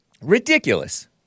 Ridiculous